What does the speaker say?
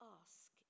ask